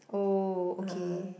oh okay